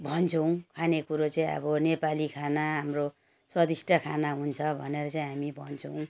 भन्छौँ खाने कुरो चाहिँ अब नेपाली खाना हाम्रो स्वादिष्ट खाना हुन्छ भनेर चाहिँ हामी भन्छौँ